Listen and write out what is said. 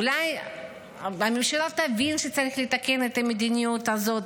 אולי הממשלה תבין שצריך לתקן את המדיניות הזאת.